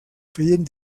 feien